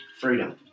freedom